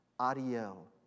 Ariel